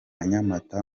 nyamata